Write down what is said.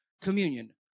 Communion